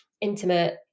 intimate